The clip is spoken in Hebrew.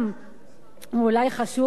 הוא אולי חשוב, הוא בטח לא מספק.